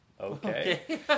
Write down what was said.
okay